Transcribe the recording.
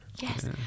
Yes